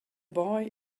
boy